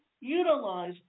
Utilize